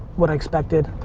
what i expected.